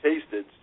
tasted